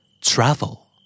Travel